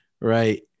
Right